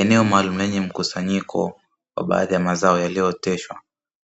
Eneo maalumu lenye mkusanyiko wa baadhi ya mazao yaliyooteshwa